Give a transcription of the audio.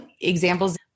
examples